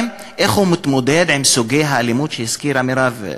2. איך הוא מתמודד עם סוגי האלימות שהזכירה מירב?